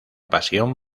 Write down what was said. pasión